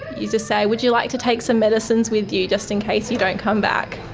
you just say, would you like to take some medicines with you, just in case you don't come back?